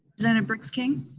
and and briggs king?